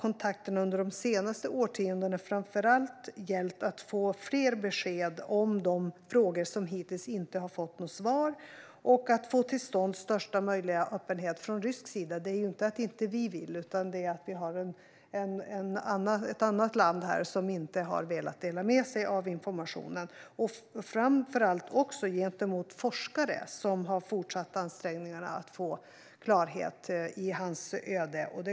Kontakterna under de senaste årtiondena har framför allt gällt att få fler besked om de frågor som hittills inte har fått något svar och att få till stånd största möjliga öppenhet från rysk sida. Det handlar ju inte om att vi inte vill utan om att det finns ett annat land här som inte har velat dela med sig av informationen, inte heller gentemot forskare som har fortsatt ansträngningarna att få klarhet i Raoul Wallenbergs öde.